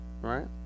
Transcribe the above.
right